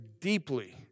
deeply